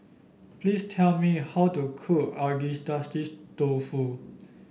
please tell me how to cook Agedashi Dofu